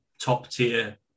top-tier